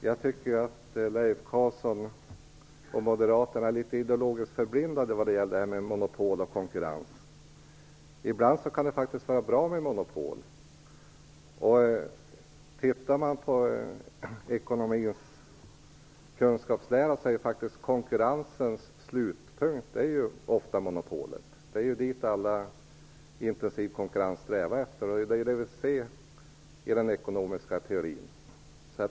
Fru talman! Jag tycker att Leif Carlson och moderaterna är litet ideologiskt förblindade vad gäller monopol och konkurrens. Ibland kan det faktiskt vara bra med monopol. Tittar man på ekonomins kunskapslära ser man att konkurrensens slutpunkt faktiskt ofta är monopolet. Det är dit all intensiv konkurrens strävar. Det är det vi ser i den ekonomiska teorin.